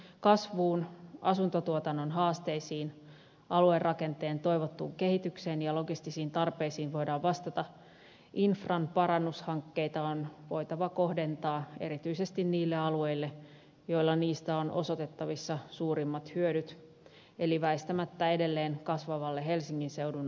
jotta kasvuun asuntotuotannon haasteisiin aluerakenteen toivottuun kehitykseen ja logistisiin tarpeisiin voidaan vastata infran parannushankkeita on voitava kohdentaa erityisesti niille alueille joilla niistä on osoitettavissa suurimmat hyödyt eli väistämättä edelleen kasvavalle helsingin seudun alueelle